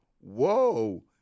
whoa